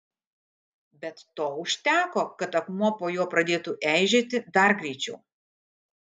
bet to užteko kad akmuo po juo pradėtų eižėti dar greičiau